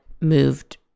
moved